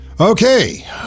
Okay